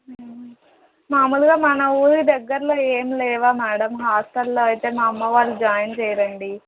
మామూలుగా మన ఊరు దగ్గరలో ఏమి లేవు మ్యాడమ్ హాస్టల్లో అయితే మా అమ్మ వాళ్ళు జాయిన్ చేయరు అండి